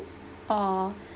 or